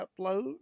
upload